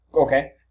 Okay